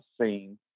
seen